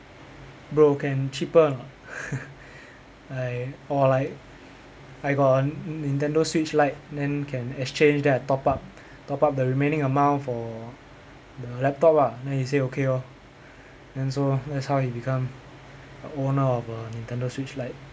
bro can cheaper or not like or like I got a nintendo switch lite then can exchange then I top-up top-up the remaining amount for the laptop ah then he say okay lor then so that's how he become the owner of a nintendo switch lite